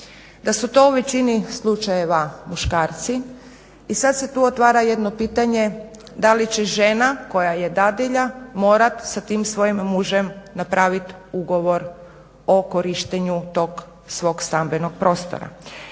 da su to u većini slučajeva muškarci i sad se tu otvara jedno pitanje da li će žena koja je dadilja morat sa tim svojim mužem napravit ugovor o korištenju tog svog stambenog prostora.